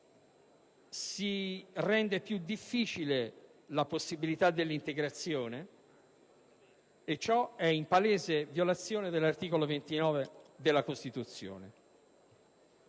si rende più difficile la possibilità dell'integrazione, in palese violazione dell'articolo 29 della Costituzione.